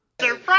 Surprise